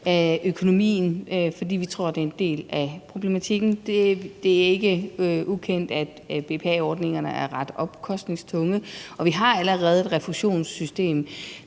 af økonomien, fordi vi tror, det er en del af problematikken. Det er ikke ukendt, at BPA-ordningen er ret omkostningstung, og vi har allerede et refusionssystem,